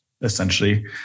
essentially